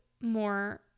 more